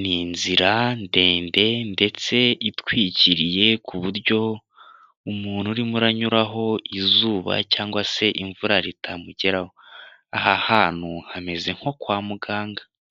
ni inzira ndende ndetse itwikiriye ku buryo umuntu urimo aranyuraho izuba cyangwa se imvura ritamugeraho, aha hantu hameze nko kwa muganga.